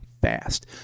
Fast